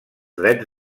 drets